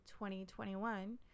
2021